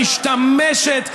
שמשתמשת,